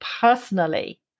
personally